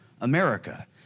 America